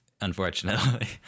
unfortunately